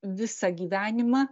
visą gyvenimą